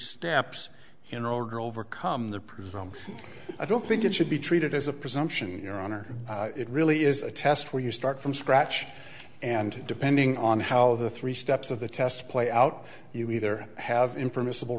order overcome the presumption i don't think it should be treated as a presumption your honor it really is a test where you start from scratch and depending on how the three steps of the test play out you either have in permissible